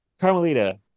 Carmelita